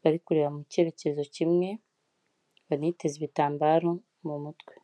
bari kureba mu cyerekezo kimwe, baniteze ibitambaro mu mutwe.